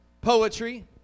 poetry